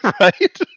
right